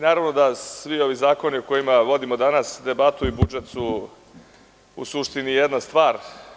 Naravno da svi ovi zakoni o kojima danas vodimo debatu, i budžet, su u suštini jedna stvar.